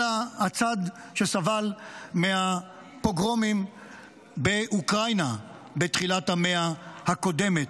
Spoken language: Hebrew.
אלא הצד שסבל מהפוגרומים באוקראינה בתחילת המאה הקודמת.